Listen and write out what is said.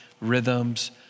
rhythms